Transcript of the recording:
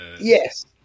yes